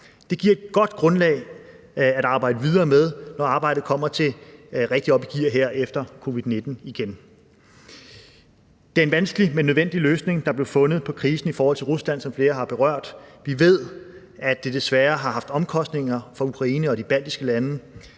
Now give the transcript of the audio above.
Det giver et godt grundlag at arbejde videre med, når arbejdet igen kommer rigtigt op i gear her efter covid-19. Det er en vanskelig, men nødvendig løsning, der blev fundet på krisen i forhold til Rusland, som flere har berørt. Vi ved, at det desværre har haft omkostninger for Ukraine og de baltiske lande.